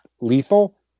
lethal